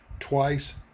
twice